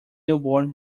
newborn